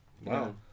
Wow